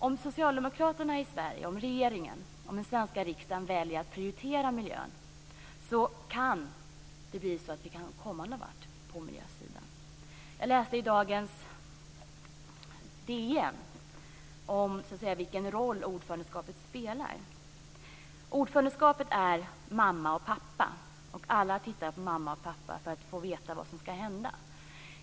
Om den socialdemokratiska regeringen och den svenska riksdagen väljer att prioritera miljön, kan det bli så att vi kan komma någon vart på miljöområdet. I dagens Dagens Nyheter läste jag om vilken roll ordförandeskapet spelar. Där står att ordförandeskapet är mamma och pappa och att alla tittar på mamma och pappa för att få veta vad som ska hända.